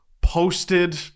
posted